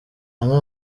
amwe